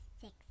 six